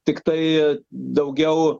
tiktai daugiau